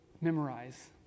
memorize